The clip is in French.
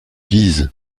guises